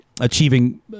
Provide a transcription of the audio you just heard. achieving